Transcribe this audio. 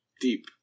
Deep